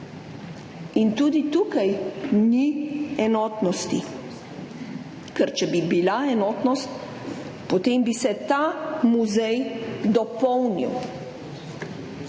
In tudi tukaj ni enotnosti. Ker če bi bila enotnost, potem bi se ta muzej dopolnil,